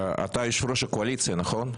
אתה יושב-ראש הקואליציה, נכון?